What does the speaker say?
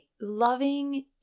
loving